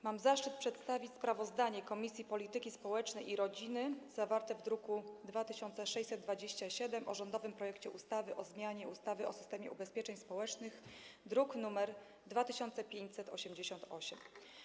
Mam zaszczyt przedstawić sprawozdanie Komisji Polityki Społecznej i Rodziny, zawarte w druku nr 2627, o rządowym projekcie ustawy o zmianie ustawy o systemie ubezpieczeń społecznych, druk nr 2588.